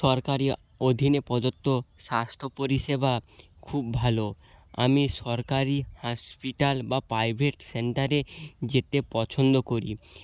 সরকারি অধীনে প্রদত্ত স্বাস্থ্য পরিষেবা খুব ভালো আমি সরকারি হাসতাপাল বা প্রাইভেট সেন্টারে যেতে পছন্দ করি